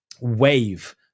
wave